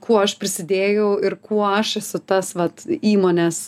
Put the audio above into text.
kuo aš prisidėjau ir kuo aš esu tas vat įmonės